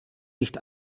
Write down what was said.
nicht